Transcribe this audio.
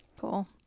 Cool